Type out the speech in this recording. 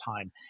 time